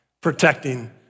protecting